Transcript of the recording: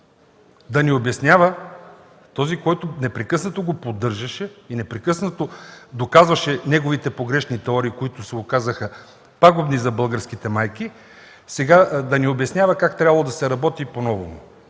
ръка на Дянков – този, който непрекъснато го поддържаше и непрекъснато доказваше неговите погрешни теории, които се оказаха пагубни за българските майки, сега да ни обяснява как трябвало да се работи поновому.